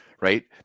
Right